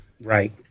Right